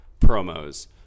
promos